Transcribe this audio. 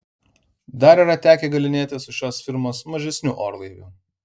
dar yra tekę galynėtis su šios firmos mažesniu orlaiviu